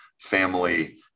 family